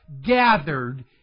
gathered